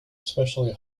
especially